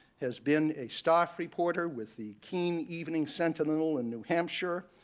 has been a staff reporter with the keene evening sentinel in new hampshire,